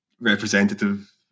representative